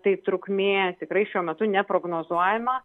tai trukmė tikrai šiuo metu neprognozuojama